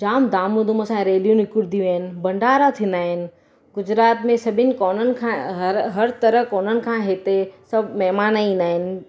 जाम धाम धूम सां रेलियूं निकरंदियूं आहिनि भंड़ारा थींदा आहिनि गुजरात में सभिनि कॉननि खां हर तरह कोननि खां हिते सभु महिमान ईंदा आहिनि